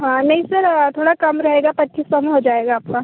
हाँ नहीं सर थोड़ा कम कर रहेगा पच्चीस सौ में हो जाएगा आपका